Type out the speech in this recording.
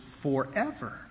forever